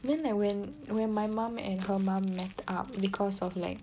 then like when when my mum and her mum met up because of like